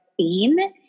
theme